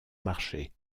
marché